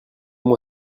moi